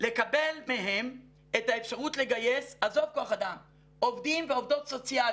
לקבל מהם את האפשרות לגייס עובדים ועובדות סוציאליים,